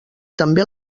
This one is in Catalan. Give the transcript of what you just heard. també